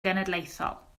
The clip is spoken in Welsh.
genedlaethol